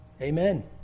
Amen